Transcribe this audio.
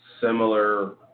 similar